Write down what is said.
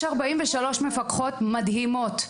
יש 43 מפקחות מדהימות,